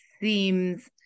seems